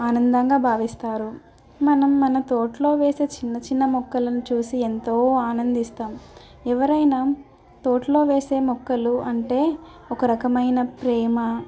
ఆనందంగా భావిస్తారు మనం మన తోటలో వేసే చిన్న చిన్న మొక్కలను చూసి ఎంతో ఆనందిస్తాము ఎవరైనా తోటలో వేసే మొక్కలు అంటే ఒక రకమైన ప్రేమ